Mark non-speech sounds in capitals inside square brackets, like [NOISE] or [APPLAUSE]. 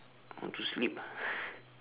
I want to sleep ah [LAUGHS]